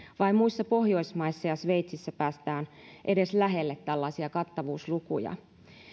vain muissa pohjoismaissa ja sveitsissä päästään edes lähelle tällaisia kattavuuslukuja